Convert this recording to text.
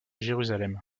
jérusalem